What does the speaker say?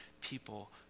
people